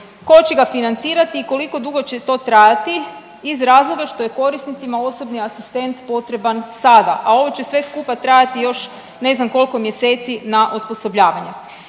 Tko će ga financirati? I koliko dugo će to trajati? Iz razloga što je korisnicima osobni asistent potreban sada, a ovo će sve skupa trajati još ne znam koliko mjeseci na osposobljavanje.